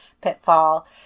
pitfall